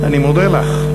אני מודה לך.